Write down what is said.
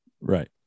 Right